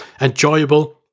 enjoyable